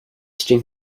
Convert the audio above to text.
stinkt